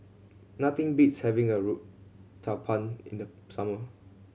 nothing beats having Uthapam in the summer